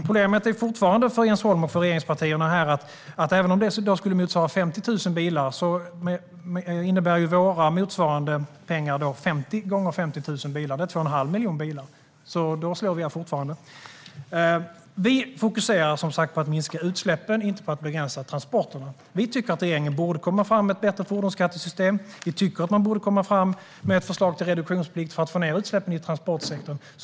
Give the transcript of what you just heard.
Problemet för Jens Holm och regeringspartierna är fortfarande att även om det i dag skulle motsvara 50 000 bilar innebär våra motsvarande pengar 50 gånger 50 000 bilar, alltså 2 1⁄2 miljon bilar. Då slår vi er fortfarande. Vi fokuserar på att begränsa utsläppen, inte på att begränsa transporterna. Vi tycker att regeringen borde komma fram med ett bättre fordonsskattesystem. Vi tycker att man borde komma med ett förslag till reduktionsplikt för att få ned utsläppen i transportsektorn.